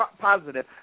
positive